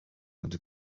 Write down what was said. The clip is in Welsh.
ond